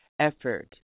effort